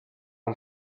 els